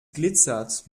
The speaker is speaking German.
glitzert